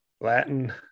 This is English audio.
Latin